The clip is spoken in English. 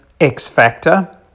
x-factor